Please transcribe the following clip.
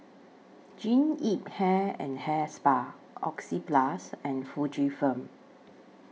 Jean Yip Hair and Hair Spa Oxyplus and Fujifilm